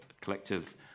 collective